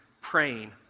praying